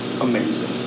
amazing